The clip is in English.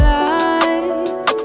life